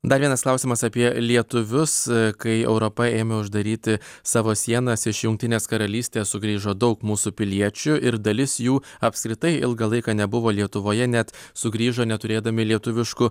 dar vienas klausimas apie lietuvius kai europa ėmė uždaryti savo sienas iš jungtinės karalystės sugrįžo daug mūsų piliečių ir dalis jų apskritai ilgą laiką nebuvo lietuvoje net sugrįžo neturėdami lietuviškų